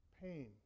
Pain